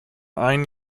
ein